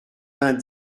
vingt